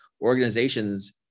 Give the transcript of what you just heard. organizations